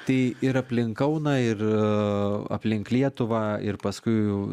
tai ir aplink kauną ir aplink lietuvą ir paskui jau